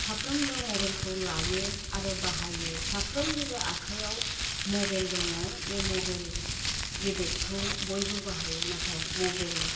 साफ्रोमबो मबेलखौ लायो आरो बाहायो साफ्रोमनिबो आखायाव मबेल दङ बे मबेल गेदेदखौ बयबो बाहायो नाथाय मबेल